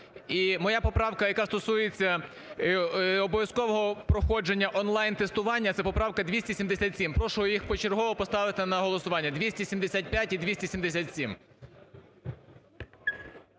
моя поправка, яка стосується обов'язкового проходження онлайн тестування, це поправка 277. Прошу їх почергово поставити на голосування – 275 і 277.